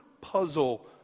puzzle